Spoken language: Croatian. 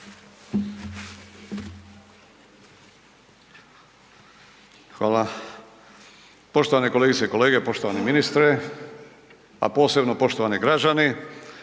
Hvala.